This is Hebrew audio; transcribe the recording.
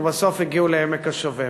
ובסוף הגיעו לעמק השווה.